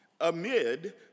amid